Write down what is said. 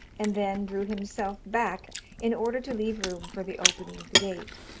and then drew himself back in order to leave room for the opening of the gate.